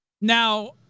Now